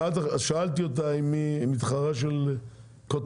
שאלתי אותה אם היא מתחרה של קוד 99,